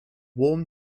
warm